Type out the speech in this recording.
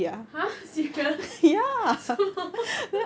!huh! serious 什么